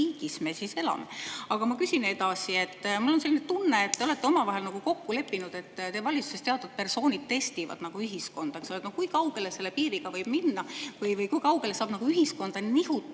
Aga ma küsin edasi. Mul on selline tunne, et te olete omavahel nagu kokku leppinud, et teie valitsuses teatud persoonid testivad ühiskonda – kui kaugele selle piiriga võib minna või kui kaugele saab ühiskonda nihutada,